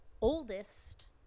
oldest